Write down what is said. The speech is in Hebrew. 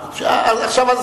מותנה בשירות צבאי כלשהו.